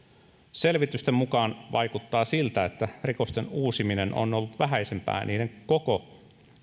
selvitysten mukaan vaikuttaa siltä että rikosten uusiminen on ollut vähäisempää niiden koko